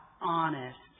honest